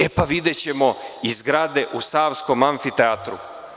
E, pa videćemo i grade u Savskom amfiteatru.